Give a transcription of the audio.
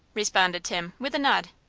responded tim, with a nod.